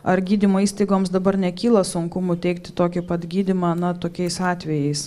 ar gydymo įstaigoms dabar nekyla sunkumų teikti tokį pat gydymą na tokiais atvejais